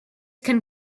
can